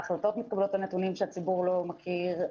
החלטות מתקבלות על נתונים שהציבור לא מכיר.